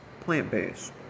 plant-based